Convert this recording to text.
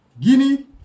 Guinea